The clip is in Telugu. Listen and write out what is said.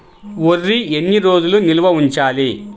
వరి ఎన్ని రోజులు నిల్వ ఉంచాలి?